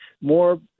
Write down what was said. more